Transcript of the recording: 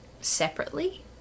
separately